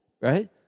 right